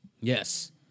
Yes